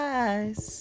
eyes